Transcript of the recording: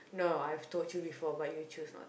no I've told you before you choose not